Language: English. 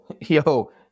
yo